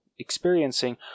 experiencing